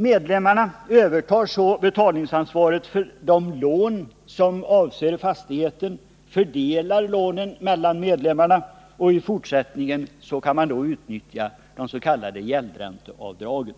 Medlemmarna övertar betalningsansvaret för de lån som avser fastigheten och fördelar lånen mellan medlemmarna, för att i fortsättningen kunna utnyttja de s.k. gäldränteavdragen.